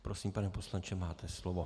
Prosím, pane poslanče, máte slovo.